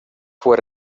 fue